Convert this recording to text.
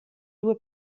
due